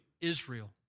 Israel